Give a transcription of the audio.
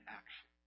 action